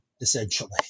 essentially